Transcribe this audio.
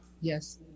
yes